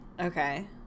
Okay